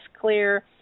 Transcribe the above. clear